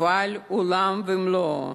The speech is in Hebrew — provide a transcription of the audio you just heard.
קבל עולם ומלואו.